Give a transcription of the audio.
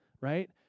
right